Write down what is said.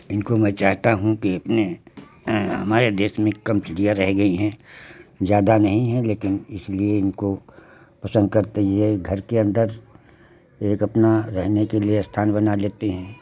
इनको मैं चाहता हूँ कि अपने हमारे देश में कम चिड़िया रह गई हैं ज़्यादा नहीं हैं लेकिन इसलिए इनको पसन्द करते हैं यह घर के अन्दर एक अपना रहने के लिए अस्थान बना लेती हैं